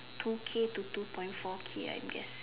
two K to two point four K I guess